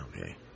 okay